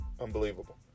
Unbelievable